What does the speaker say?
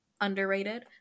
underrated